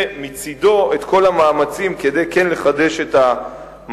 מצדו את כל המאמצים כדי כן לחדש את המשא-ומתן.